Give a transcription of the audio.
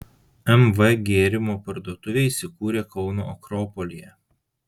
mv gėrimų parduotuvė įsikūrė kauno akropolyje